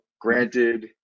Granted